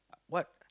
what